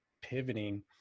pivoting